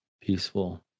Peaceful